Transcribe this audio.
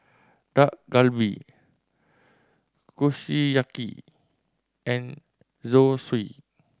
Dak Galbi Kushiyaki and Zosui